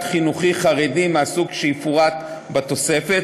חינוכי חרדי מהסוג שיפורט בתוספת,